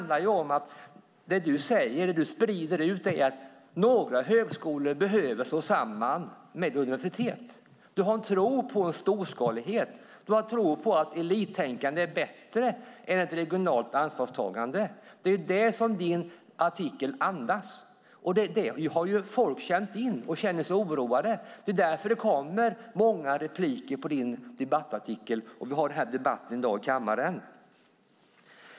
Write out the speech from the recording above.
Det du sprider ut är att några högskolor behöver slås samman med universitet. Du har en tro på storskalighet. Du har en tro på att elittänkande är bättre än ett regionalt ansvarstagande. Det är det som din artikel andas. Det har ju folk känt in och känner sig oroade av. Det är därför det kommer många repliker på din debattartikel, och det är därför vi har den här debatten i dag i kammaren.